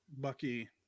Bucky